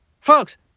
Folks